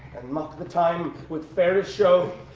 and mock the time with fairest show.